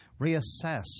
reassess